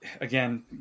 again